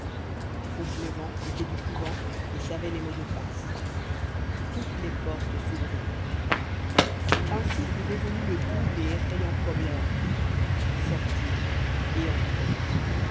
fauchelevent était du couvent et savait les mots de passe toutes les portes s'ouvrirent ainsi fut résolu le double et effrayant problème sortir et entrer